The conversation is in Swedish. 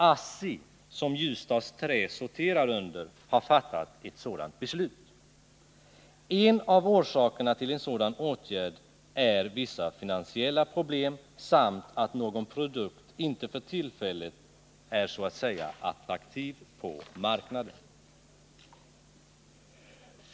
ASSI, som Ljusdals Trä sorterar under. har fattat ett sådant beslut. En av orsakerna till en sådan åtgärd är vissa finansiella problem samt att någon produkt inte för tillfället är så att säga attraktiv på marknaden.